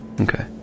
Okay